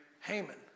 Haman